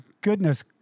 goodness